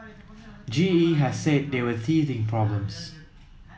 G E has said they were teething problems